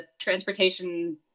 transportation